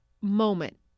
moment